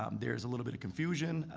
um there's a little bit of confusion,